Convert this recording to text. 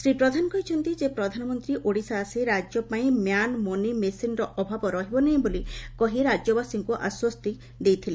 ଶ୍ରୀ ପ୍ରଧାନ କହିଛନ୍ତି ଯେ ପ୍ରଧାନମନ୍ତୀ ଓଡିଶା ଆସି ରାଜ୍ୟ ପାଇଁ ମ୍ୟାନ୍ ମନି ମେସିନର ଅଭାବ ରହିବ ନାହିଁ ବୋଲି କହି ରାଜ୍ୟବାସୀଙ୍କୁ ଆଶ୍ୱସ୍ତି କରିଥିଲେ